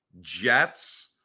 Jets